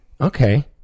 Okay